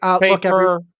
Paper